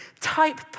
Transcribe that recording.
type